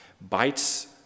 Bites